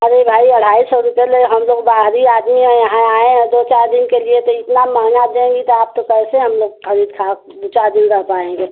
अरे भाई ढ़ाई सौ रुपए हम लोग बाहरी आदमी हैं यहाँ आए हैं दो चार दिन के लिए तो इतना महँगा देंगी तो आप तो कैसे हम लोग खरीद चार दिन रह पाएँगे